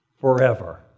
forever